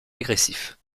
agressif